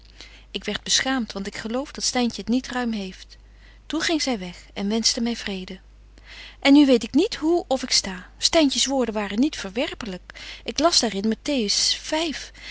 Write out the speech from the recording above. ik werd beschaamt want ik geloof dat styntje het niet ruim heeft toen ging zy weg en wenschte my vrede en nu weet ik niet hoe of ik sta styntjes woorden waren niet verwerpelyk ik las daar in